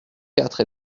quatre